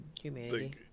Humanity